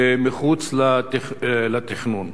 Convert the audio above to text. מחוץ לתכנון.